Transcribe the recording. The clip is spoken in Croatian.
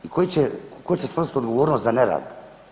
Tko će snositi odgovornost za nerad?